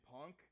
punk